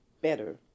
better